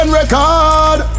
record